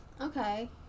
Okay